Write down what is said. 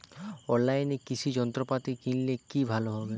অনলাইনে কৃষি যন্ত্রপাতি কিনলে কি ভালো হবে?